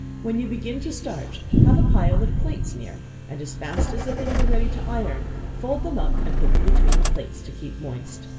when you begin to starch, have a pile of plates near, and as fast as the things are ready to iron, fold them up, and put them between the plates to keep moist.